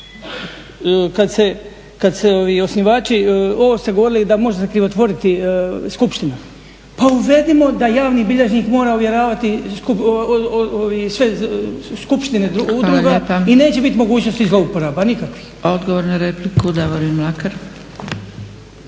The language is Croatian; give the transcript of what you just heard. kada se osnivači, ovo ste govorili da može se krivotvoriti skupština, pa uvedimo da javni bilježnik mora ovjeravati sve skupštine udruga i neće biti mogućnosti zlouporaba nikakvih.